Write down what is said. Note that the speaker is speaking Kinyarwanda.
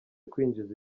kwinjiza